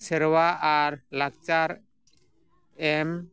ᱥᱮᱨᱣᱟ ᱟᱨ ᱞᱟᱠᱪᱟᱨ ᱮᱢ